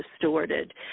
distorted